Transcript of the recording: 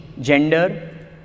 gender